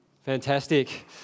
Fantastic